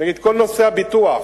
נגיד כל נושא הביטוח.